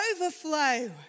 overflow